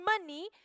money